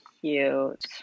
Cute